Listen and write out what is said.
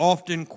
Often